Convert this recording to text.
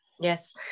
yes